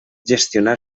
gestionar